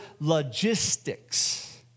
logistics